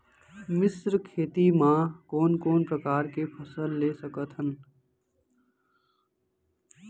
मिश्र खेती मा कोन कोन प्रकार के फसल ले सकत हन?